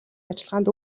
ажиллагаанд